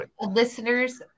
listeners